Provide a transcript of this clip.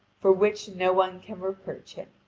for which no one can reproach him.